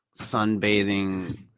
sunbathing